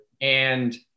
And-